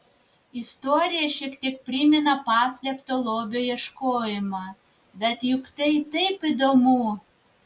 istorija šiek tiek primena paslėpto lobio ieškojimą bet juk tai taip įdomu